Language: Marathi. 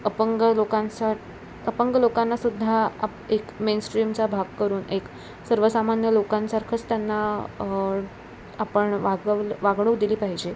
अपंग लोकांस अपंग लोकांनासुद्धा आपण एक मेन स्ट्रीमचा भाग करून एक सर्वसामान्य लोकांसारखंच त्यांना आपण वागवलं वागणूक दिली पाहिजे